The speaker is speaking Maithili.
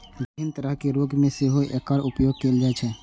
विभिन्न तरहक रोग मे सेहो एकर उपयोग कैल जाइ छै